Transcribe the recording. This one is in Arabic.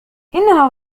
إنها